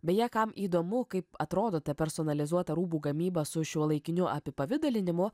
beje kam įdomu kaip atrodo ta personalizuota rūbų gamyba su šiuolaikiniu apipavidalinimu